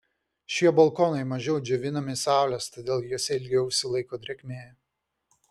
šie balkonai mažiau džiovinami saulės todėl juose ilgiau užsilaiko drėgmė